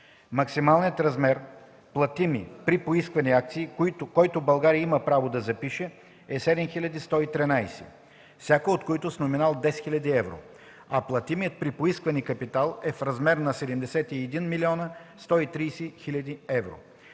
Максималният размер платими при поискване акции, който България има право да запише, е 7113, всяка от които с номинал 10 000 евро, а платимият при поискване капитал е в размер на 71 130 000 евро.